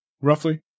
Roughly